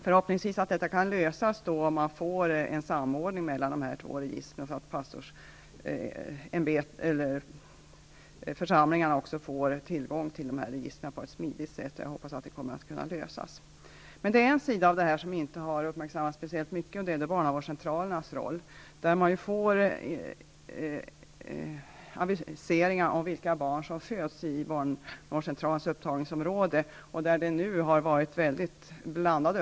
Förhoppningsvis kan detta lösas om man får en samordning mellan de två registren, så att församlingarna också får tillgång till registren på ett smidigt sätt. Jag hoppas att det kommer att kunna lösas. En sida av det här har inte uppmärksammats särskilt mycket. Det gäller barnavårdscentralernas roll. Man får aviseringar om de barn som föds i barnavårdscentralens upptagningsområde. De uppgifter som nu har kommit har varit mycket blandade.